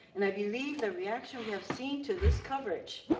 and i believe the reaction we have seen to this coverage,